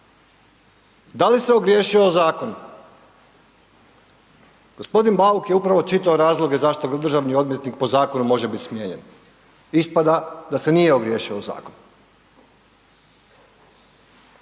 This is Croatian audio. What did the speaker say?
Da li se ogriješio o zakonu? G. Bauk je upravo čitao razloge zašto državni odvjetnik po zakonu može biti smijenjen. Ispada da se nije ogriješio o zakonu.